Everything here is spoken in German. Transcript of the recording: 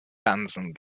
ganzen